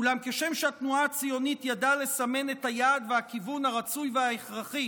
אולם כשם שהתנועה הציונית ידעה לסמן את היעד והכיוון הרצוי וההכרחי